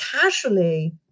casually